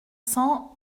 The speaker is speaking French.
cents